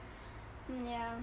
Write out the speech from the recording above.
mm ya